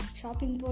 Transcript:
shopping